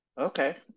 Okay